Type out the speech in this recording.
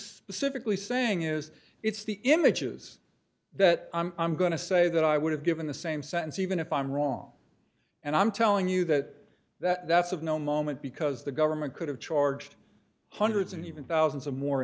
civically saying is it's the images that i'm going to say that i would have given the same sentence even if i'm wrong and i'm telling you that that's of no moment because the government could have charged hundreds and even thousands of more